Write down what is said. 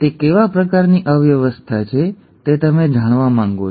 તે કેવા પ્રકારની અવ્યવસ્થા છે તે તમે જાણવા માંગો છો